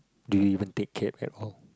do you take cab Hap-Hong